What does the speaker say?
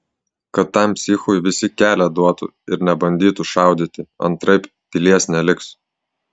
kad tam psichui visi kelią duotų ir nebandytų šaudyti antraip pilies neliks